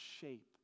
shape